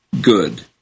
good